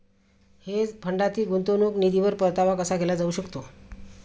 Hedge फंडातील गुंतवणूक निधीवर परतावा कसा केला जाऊ शकतो?